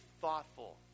thoughtful